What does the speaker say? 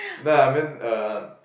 nah I mean um